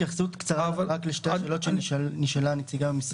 אפשר התייחסות קצרה לשתי השאלות שנשאלה נציגת המשרד?